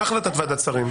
מה החלטת ועדת שרים?